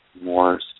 More